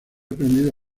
aprendido